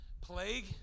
plague